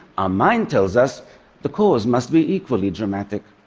our mind tells us the cause must be equally dramatic.